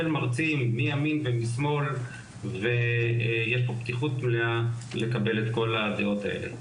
של מרצים מימין ומשמאל ויש פה פתיחות מלאה לקבל את כל הדעות האלה.